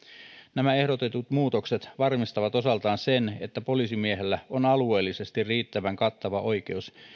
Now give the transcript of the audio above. nämä ehdotetut muutokset varmistavat osaltaan sen että poliisimiehellä on alueellisesti riittävän kattava oikeus